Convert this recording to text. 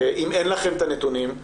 אם אין לכם את הנתונים,